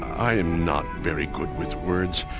i am not very good with words.